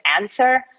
answer